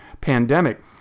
pandemic